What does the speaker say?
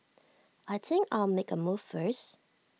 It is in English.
I think I'll make A move first